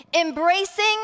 Embracing